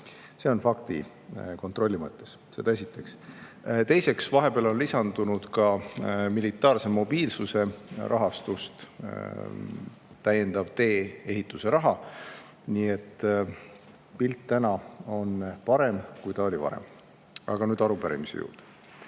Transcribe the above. See on faktikontrolli mõttes, seda esiteks. Teiseks, vahepeal on lisandunud ka militaarse mobiilsuse rahastust täiendav tee-ehituse raha. Nii et pilt täna on parem, kui ta oli varem. Aga nüüd arupärimise juurde.